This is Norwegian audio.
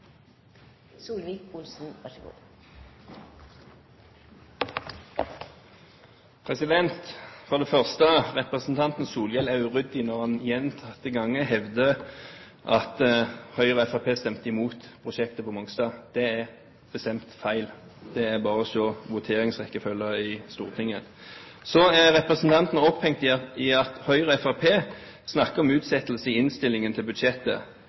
stemte imot prosjektet på Mongstad. Det er bestemt feil – det er bare å se på voteringsrekkefølgen i Stortinget. Så er representanten opphengt i at Høyre og Fremskrittspartiet snakker om utsettelse i innstillingen til budsjettet